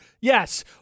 Yes